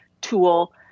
tool